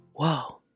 whoa